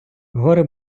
гори